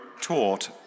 taught